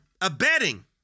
abetting